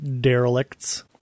Derelicts